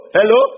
Hello